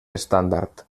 estàndard